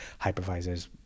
hypervisors